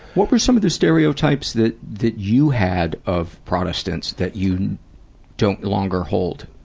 what were some of the stereotypes that, that you had of protestants that you don't longer hold?